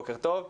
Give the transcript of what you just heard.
בוקר טוב.